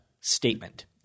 statement